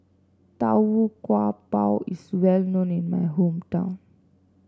Tau Kwa Pau is well known in my hometown